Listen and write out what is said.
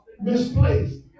misplaced